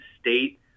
state